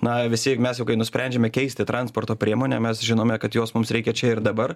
na visi mes jau kai nusprendžiame keisti transporto priemonę mes žinome kad jos mums reikia čia ir dabar